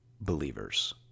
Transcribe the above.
believers